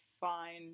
fine